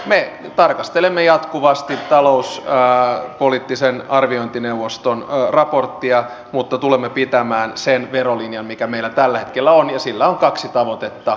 me tarkastelemme jatkuvasti talouspoliittisen arviointineuvoston raporttia mutta tulemme pitämään sen verolinjan mikä meillä tällä hetkellä on ja sillä on kaksi tavoitetta